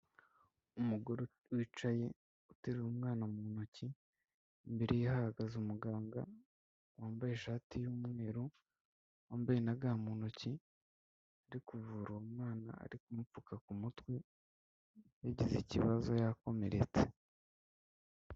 Umugore wicaye uteruye umwana mu ntoki, imbere ye hahagaze umuganga wambaye ishati y'umweru ,wambaye naga mu ntoki, n'undi uri kuvura uwo mwana ari kumupfuka ku mutwe, yagize ikibazo yakomeretse.